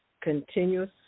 continuous